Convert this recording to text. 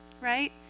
right